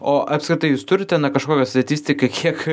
o apskritai jūs turit ten kažkokią statistiką kiek